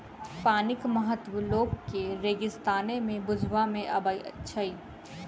पानिक महत्व लोक के रेगिस्ताने मे बुझबा मे अबैत छै